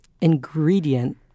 ingredient